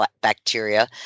bacteria